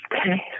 Okay